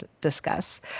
discuss